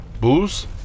booze